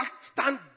stand